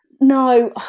No